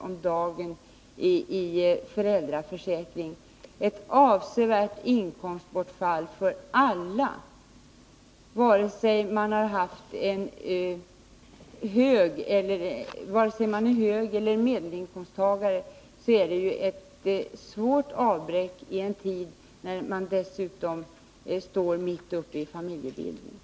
om dagen i föräldraförsäkring, får alla ett avsevärt inkomstbortfall. Vare sig de är högeller medelinkomsttagare är det ett svårt avbräck i en tid då man dessutom står mitt uppe i familjebildning.